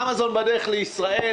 אמזון בדרך לישראל,